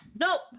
Nope